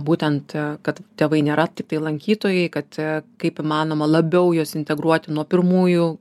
būtent kad tėvai nėra tiktai lankytojai kad kaip įmanoma labiau juos integruoti nuo pirmųjų